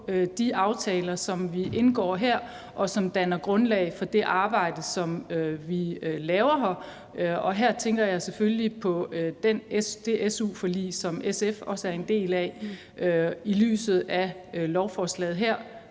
de aftaler, som vi indgår her, og som danner grundlag for det arbejde, som vi laver her? Og her tænker jeg selvfølgelig på det su-forlig, som SF også er en del af, i lyset af lovforslaget her,